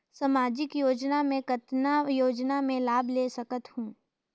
समाजिक योजना मे कतना योजना मे लाभ ले सकत हूं?